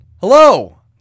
Hello